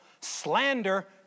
slander